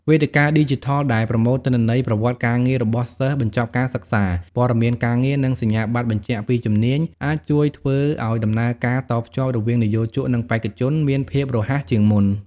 វេទិកាឌីជីថលដែលប្រមូលទិន្នន័យប្រវត្តិការងាររបស់សិស្សបញ្ចប់ការសិក្សា ព័ត៌មានការងារ និងសញ្ញាប័ត្របញ្ជាក់ពីជំនាញ អាចជួយធ្វើឲ្យដំណើរការតភ្ជាប់រវាងនិយោជកនិងបេក្ខជនមានភាពរហ័សជាងមុន។